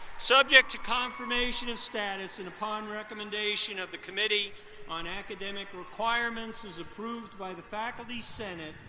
subject to confirmation of status, and upon recommendation of the committee on academic requirements as approved by the faculty senate,